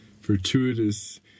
fortuitous